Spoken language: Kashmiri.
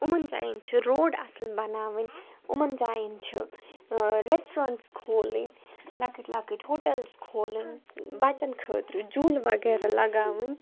یِمَن جایَن چھِ روڈ اصٕل بَناوٕنۍ یِمَن جایَن چھِ اۭں ریٚسٹرٛونٛٹٕس کھولٕنۍ لَکٕٹۍ لَکٕٹۍ ہوٹَلٕز کھولٕنۍ بَچَن خٲطرٕ جوٗلہٕ وَغیرہ لَگاوٕنۍ